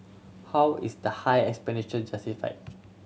how is the high expenditure justified